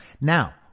Now